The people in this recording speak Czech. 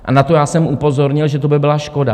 A na to já jsem upozornil, že to by byla škoda.